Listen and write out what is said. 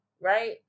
right